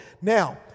Now